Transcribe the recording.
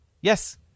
yes